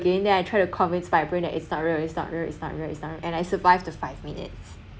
again then I try to convince my brain that it's not real it's not real it's not real and I survived the five minutes